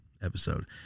episode